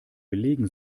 belegen